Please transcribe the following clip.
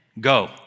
go